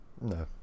No